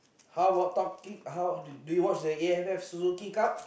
how what talking how do do you the A_F_F-Suzuki-Cup